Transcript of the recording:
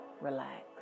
relax